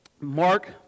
Mark